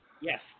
Yes